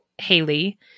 Haley